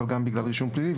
אבל גם בגלל רישום פלילי,